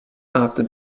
after